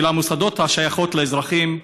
של המוסדות השייכים לאזרחים?